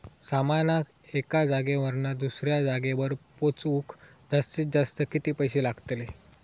सामानाक एका जागेवरना दुसऱ्या जागेवर पोचवूक जास्तीत जास्त किती पैशे लागतले?